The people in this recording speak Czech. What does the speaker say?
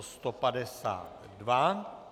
152.